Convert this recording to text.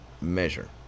measure